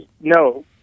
no